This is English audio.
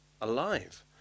alive